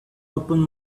open